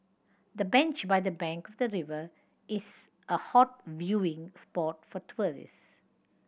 the bench by the bank of the river is a hot viewing spot for tourist